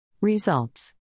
Results